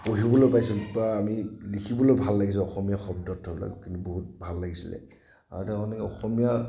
পঢ়িবলৈ পাইছোঁ বা আমি লিখিবলৈ ভাল লাগিছিল অসমীয়া শব্দ ধৰি লওক বহুত ভাল লাগিছিলে আৰু এটা মানে অসমীয়া